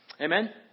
Amen